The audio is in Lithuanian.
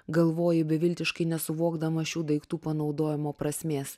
galvoju beviltiškai nesuvokdama šių daiktų panaudojimo prasmės